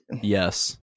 yes